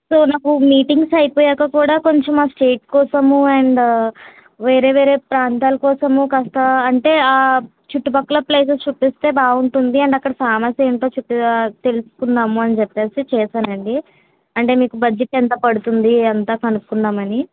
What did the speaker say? so నాకు meetings అయిపోయాక కూడా కొంచెం ఆ స్టేట్ కోసము అండ్ వేరే వేరే ప్రాంతాల కోసం కాస్త అంటే ఆ చుట్టుపక్కల ప్లేసెస్ చూపిస్తే బాగుంటుంది అండ్ అక్కడ ఫేమస్ ఏంటో చెప్ప తెలుసుకుందాం అని చెప్పి చేసాను అండి అంటే మీకు బడ్జెట్ ఎంత పడుతుంది ఇదంతా కనుక్కుందాం అని